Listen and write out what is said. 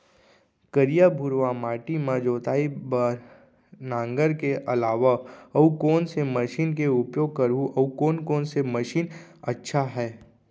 करिया, भुरवा माटी म जोताई बार नांगर के अलावा अऊ कोन से मशीन के उपयोग करहुं अऊ कोन कोन से मशीन अच्छा है?